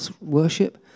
worship